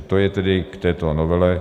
To je tedy k této novele.